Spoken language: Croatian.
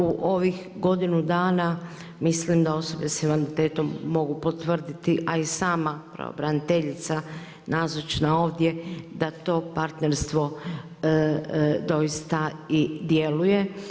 U ovih godinu dana mislim da osobe sa invaliditetom mogu potvrditi a i sama pravobraniteljica nazočna ovdje, da to partnerstvo doista i djeluje.